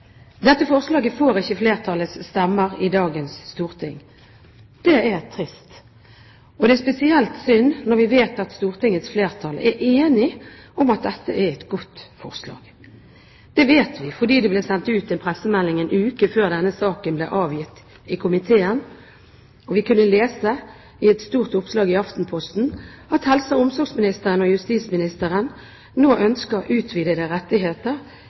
dagens storting. Det er trist. Og det er spesielt synd når vi vet at Stortingets flertall er enig om at dette er et godt forslag. Det vet vi fordi det ble sendt ut en pressemelding én uke før denne saken ble avgitt i komiteen, og vi kunne lese i et stort oppslag i Aftenposten at helse- og omsorgsministeren og justisministeren nå ønsket utvidede rettigheter til papirløse immigranter som er spesielt utsatt. Selvsagt ønsker